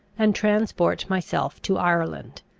and transport myself to ireland.